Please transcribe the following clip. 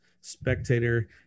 spectator